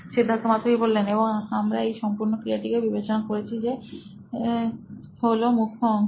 Siddharth Maturi C E O নোইন electronics এবং আমরা এই সম্পূর্ণ ক্রিয়াটিকে বিবেচনা করেছি যে হলো মুখ্য অংশ